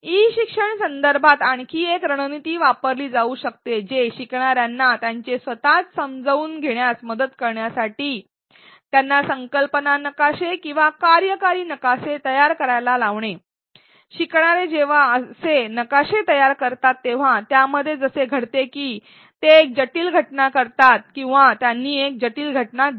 E शिक्षण संदर्भात आणखी एक रणनीती वापरली जाऊ शकते जे शिकणार्यांना त्यांचे स्वतच समजून घेण्यास मदत करण्यासाठी त्यांना संकल्पना नकाशे किंवा कार्यकारी नकाशे तयार करायला लावणे शिकणारे जेव्हा असे नकाशे तयार करतात तेव्हा त्यामध्ये असे घडते की ते एक जटिल घटना करतात किंवा त्यांनी एक जटिल घटना दिली